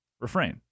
refrain